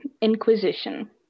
Inquisition